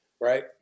Right